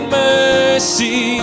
mercy